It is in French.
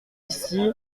ici